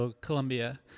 Colombia